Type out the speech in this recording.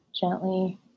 gently